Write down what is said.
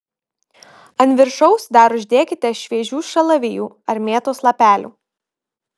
ant viršaus dar uždėkite šviežių šalavijų ar mėtos lapelių